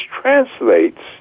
translates